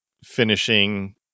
finishing